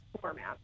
format